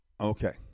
Okay